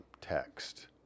text